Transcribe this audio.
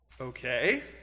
okay